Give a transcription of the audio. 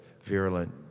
virulent